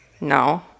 No